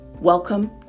Welcome